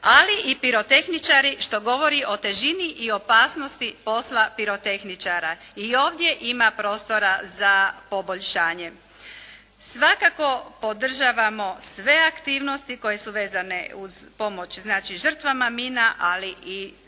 ali i pirotehničari što govori o težini i opasnosti posla pirotehničara. I ovdje ima prostora za poboljšanje. Svakako podržavamo sve aktivnosti koje su vezane uz pomoć žrtvama mina ali i jačanje